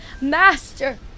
Master